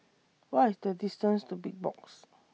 What IS The distance to Big Box